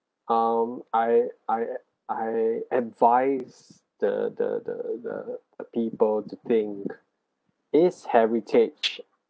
um I I I advise the the the the the people to think is heritage